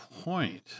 point